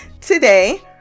today